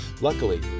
Luckily